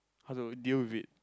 how do you deal with it